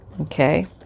Okay